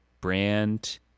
brand